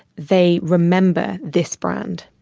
they remember this brand.